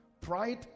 pride